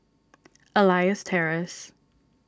Elias Terrace